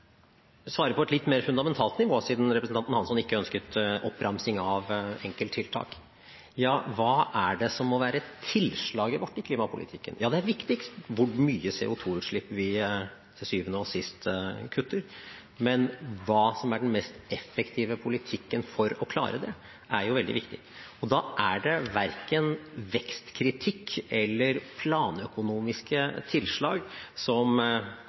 på et litt mer fundamentalt nivå, siden representanten Hansson ikke ønsket oppramsing av enkelttiltak. Hva er det som må være tilslaget vårt i klimapolitikken? Ja, det er viktigst hvor mye CO2-utslipp vi til syvende og sist kutter, men hva som er den mest effektive politikken for å klare det, er jo veldig viktig. Det er verken vekstkritikk eller planøkonomiske tilslag som